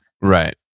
right